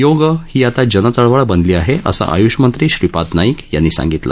योग ही आता जन चळवळ बनली आहे असं आय्ष मंत्री श्रीपाद नाईक यांनी सांगितलं